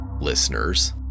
listeners